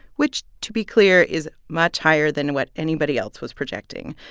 which, to be clear, is much higher than what anybody else was projecting.